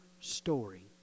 story